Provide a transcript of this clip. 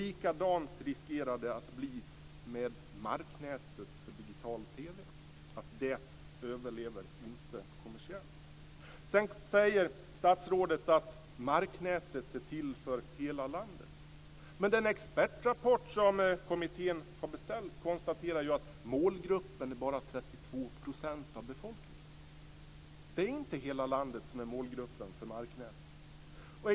Likadant riskerar det att bli med marknätet för digital TV, det överlever inte kommersiellt. Statsrådet säger att marknätet är till för hela landet. Men den expertrapport som kommittén har beställt konstaterar att målgruppen bara är 32 % av befolkningen. Det är inte hela landet som är målgrupp för marknätet.